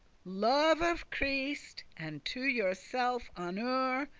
love of christ, and to yourself honour,